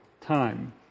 time